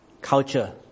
culture